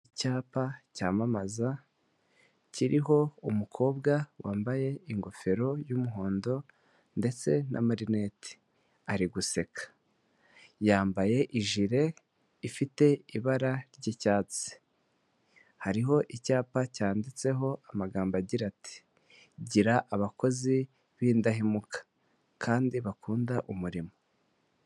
Icyapa cyamamaza, kiriho umukobwa wambaye ingofero y'umuhondo, ndetse n'amarinete. Ari guseka. Yambaye ijile ifite ibara ry'icyatsi. Hariho icyapa cyanditseho amagambo agira ati. Gira abakozi b'indahemuka kandi bakunda umurimo.